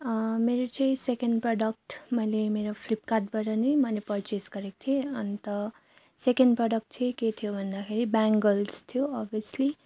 मेरो चाहिँ सेकेन्ड प्रडक्टले मेरो फ्लिपकार्टबाट नै मैले परचेज गरेक थिएँ अन्त सेकेन्ड प्रडक्ट चाहिँ के थियो भन्दाखेरि बेङ्गल्स थियो अभियस्ली